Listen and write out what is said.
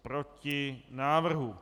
Proti návrhu.